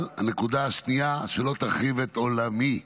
הנקודה השנייה היא: שלא תחריב את עולמי.